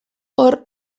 hor